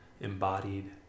embodied